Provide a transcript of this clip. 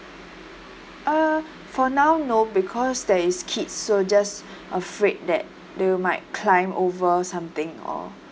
uh for now no because there is kids so just afraid that they might climb over something or